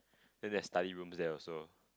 then there's study rooms there also